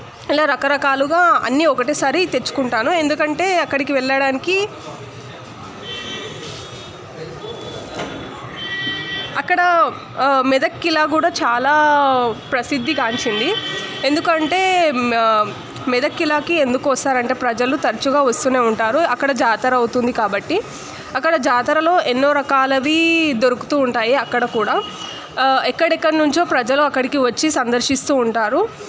ఇలా రకరకాలుగా అన్నీ ఒకటేసారి తెచ్చుకుంటాను ఎందుకంటే అక్కడికి వెళ్ళడానికి అక్కడ మెదక్ ఖిలా కూడా చాలా ప్రసిద్ధిగాంచింది ఎందుకంటే మెదక్ ఖిలకి ఎందుకు వస్తారంటే ప్రజలు తరచుగా వస్తూనే ఉంటారు అక్కడ జాతర అవుతుంది కాబట్టి అక్కడ జాతరలో ఎన్నో రకాలవి దొరుకుతూ ఉంటాయి అక్కడ కూడా ఎక్కడెక్కడ నుంచో ప్రజలు అక్కడికి వచ్చి సందర్శిస్తూ ఉంటారు